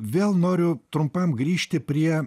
vėl noriu trumpam grįžti prie